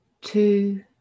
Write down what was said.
two